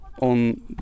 on